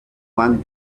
one